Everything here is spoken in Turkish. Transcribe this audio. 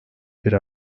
bir